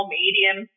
medium